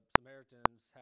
Samaritans